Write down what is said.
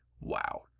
Wow